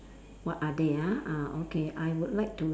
what are they ah ah okay I would like to